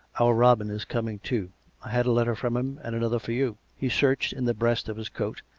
our robin is coming too. i had a letter from him, and another for you. he searched in the breast of his coat,